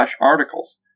articles